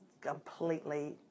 completely